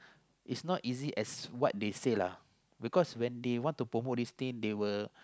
it's not easy as what they say lah because when they want to promote this thing they will